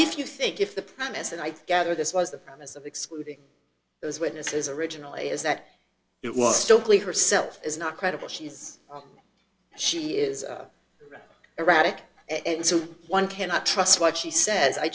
do you think if the premise and i gather this was the promise of excluding those witnesses originally is that it was still clean herself is not credible she says she is erratic and so one cannot trust what she sa